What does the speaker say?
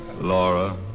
Laura